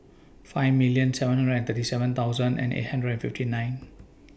five million seven hundred and thirty seven thousand and eight hundred and fifty nine